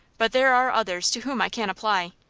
but there are others to whom i can apply.